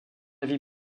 vie